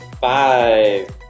Five